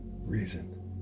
reason